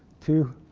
to